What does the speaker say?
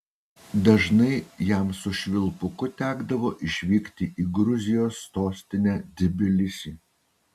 dažnai jam su švilpuku tekdavo išvykti į gruzijos sostinę tbilisį